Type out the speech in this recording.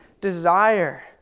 desire